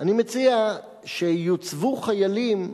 אני מציע שיוצבו חיילים,